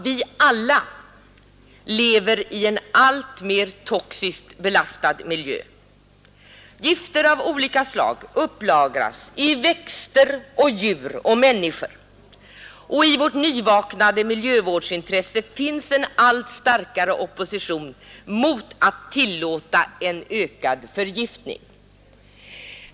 Vi lever alla i en alltmer toxiskt belastad miljö. Gifter av olika slag upplagras i växter, djur och människor. I vårt nyvaknade miljövårdsintresse finns en allt starkare opposition mot att tillåta en ökad förgiftning.